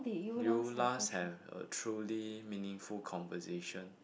you last have a truly meaningful conversation